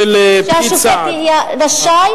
שלפני ההריסה